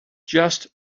just